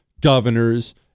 governors